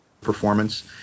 performance